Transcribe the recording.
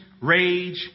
rage